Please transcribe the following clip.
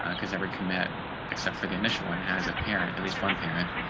um because every commit except for the initial one as a parent, at least one parent